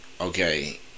okay